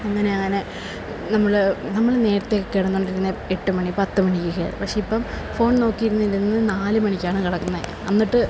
അങ്ങനെയങ്ങനെ നമ്മൾ നമ്മൾ നേരത്തെയൊക്കെ കിടന്നുകൊണ്ടിരുന്നത് എട്ട് മണി പത്ത് മണിയൊക്കെയായിരുന്നു പക്ഷേ ഇപ്പം ഫോൺ നോക്കിയിരുന്നിരുന്ന് നാല് മണിക്കാണ് കിടക്കുന്നത് എന്നിട്ട്